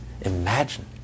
imagine